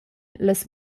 las